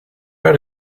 out